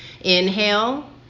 inhale